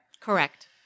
Correct